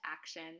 action